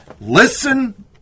Listen